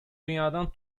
dünyadan